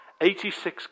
86